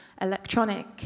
electronic